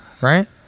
right